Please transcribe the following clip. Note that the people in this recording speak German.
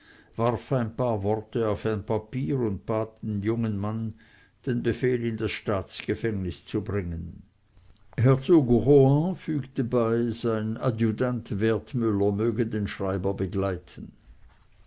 warf ein paar worte auf ein papier und bat den jungen mann den befehl in das staatsgefängnis zu bringen herzog rohan fügte bei sein adjutant wertmüller möge den schreiber begleiten